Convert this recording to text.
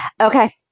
Okay